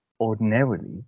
ordinarily